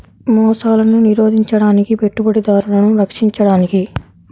మోసాలను నిరోధించడానికి, పెట్టుబడిదారులను రక్షించడానికి